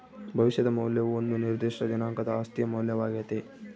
ಭವಿಷ್ಯದ ಮೌಲ್ಯವು ಒಂದು ನಿರ್ದಿಷ್ಟ ದಿನಾಂಕದ ಆಸ್ತಿಯ ಮೌಲ್ಯವಾಗ್ಯತೆ